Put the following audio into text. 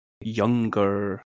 younger